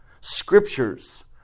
Scriptures